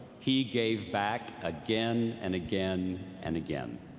he gave back again and again and again.